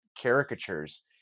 caricatures